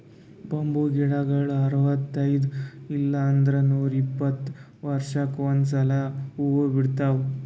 bamboo ಗಿಡಗೊಳ್ ಅರವತೈದ್ ಇಲ್ಲಂದ್ರ ನೂರಿಪ್ಪತ್ತ ವರ್ಷಕ್ಕ್ ಒಂದ್ಸಲಾ ಹೂವಾ ಬಿಡ್ತಾವ್